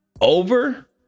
over